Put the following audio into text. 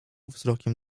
wzrokiem